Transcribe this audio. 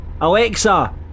Alexa